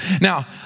Now